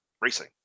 racing